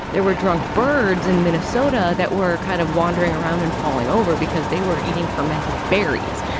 there were drunk birds in minnesota that were kind of wandering around and falling over because they were eating fermented berries.